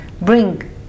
bring